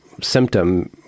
symptom